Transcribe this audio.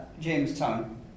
Jamestown